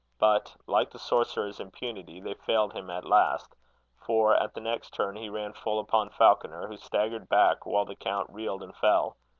but, like the sorcerer's impunity, they failed him at last for, at the next turn, he ran full upon falconer, who staggered back, while the count reeled and fell.